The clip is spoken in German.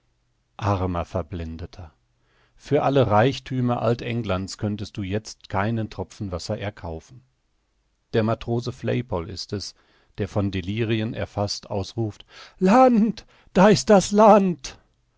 armer verblendeter für alle reichthümer alt-englands könntest du jetzt keinen tropfen wasser erkaufen der matrose flaypol ist es der von delirien erfaßt ausruft land da ist das land